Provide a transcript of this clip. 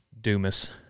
Dumas